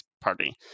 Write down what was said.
party